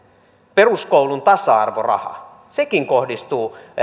peruskoulun tasa arvoraha sekin kohdistuu